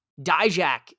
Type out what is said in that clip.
Dijak